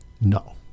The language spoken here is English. No